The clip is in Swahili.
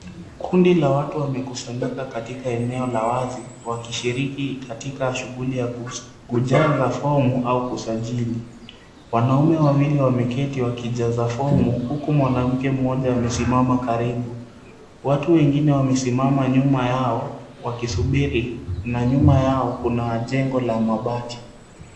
Kundi la watu wamekusanyika katika eneo la wazi wakishiriki katika shughuli za kujaza fomu au kusajili, wanaume wameketi wakijaza fomu huku mwanamke mmoja amesimama karibu watu wengine wamesimama kando yao wakisubiri na nyuma yao kuna jengo la mabati.